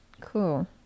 Cool